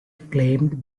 claimed